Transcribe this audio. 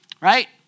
right